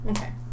Okay